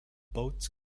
boats